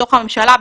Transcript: בתוך הממשלה,